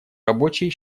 рабочие